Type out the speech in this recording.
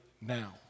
now